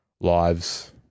lives